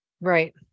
right